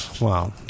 Wow